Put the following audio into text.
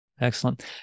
Excellent